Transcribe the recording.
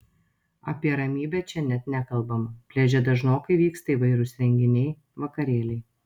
apie ramybę čia net nekalbama pliaže dažnokai vyksta įvairūs renginiai vakarėliai